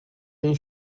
این